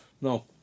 No